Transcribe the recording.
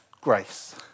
grace